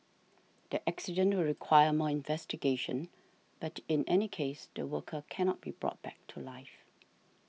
the accident will require more investigation but in any case the worker cannot be brought back to life